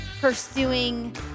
pursuing